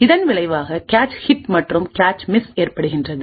இதன் விளைவாக cache hits மற்றும் கேச் மிஸ் ஏற்படுகின்றது